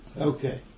Okay